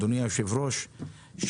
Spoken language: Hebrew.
אדוני היושב-ראש,